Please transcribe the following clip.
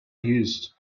used